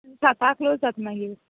सातां close जाता मागीर